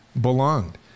belonged